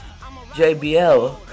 JBL